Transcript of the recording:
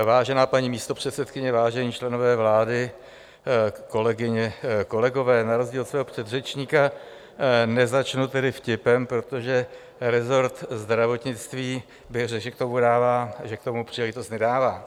Vážená paní místopředsedkyně, vážení členové vlády, kolegyně, kolegové, na rozdíl od svého předřečníka nezačnu vtipem, protože resort zdravotnictví, bych řekl, že k tomu příležitost nedává.